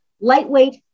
lightweight